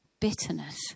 bitterness